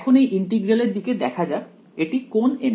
তাই এখন এই ইন্টিগ্রাল এর দিকে দেখা যাক এটি কোন